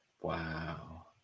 wow